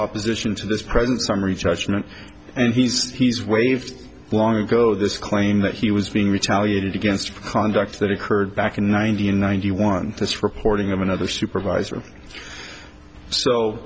opposition to this present summary judgment and he says he's waived longo this claim that he was being retaliated against conduct that occurred back in ninety in ninety one this reporting of another supervisor so